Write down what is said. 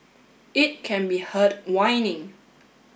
it can be heard whining